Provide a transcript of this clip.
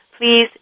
Please